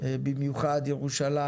במיוחד ירושלים,